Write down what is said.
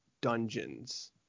Dungeons